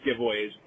giveaways